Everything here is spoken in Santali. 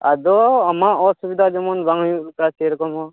ᱟᱫᱚ ᱟᱢᱟᱜ ᱚᱥᱩᱵᱤᱫᱟ ᱡᱮᱢᱚᱱ ᱵᱟᱝ ᱦᱩᱭᱩᱜᱼᱟ ᱥᱮ ᱨᱚᱠᱚᱢ ᱦᱚᱸ